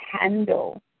handle